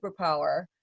superpower